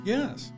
Yes